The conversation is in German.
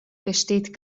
besteht